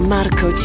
Marco